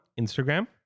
Instagram